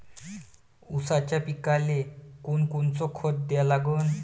ऊसाच्या पिकाले कोनकोनचं खत द्या लागन?